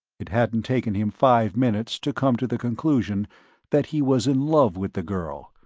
it hadn't taken him five minutes to come to the conclusion that he was in love with the girl,